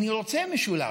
אני רוצה משולב,